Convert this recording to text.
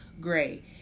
Gray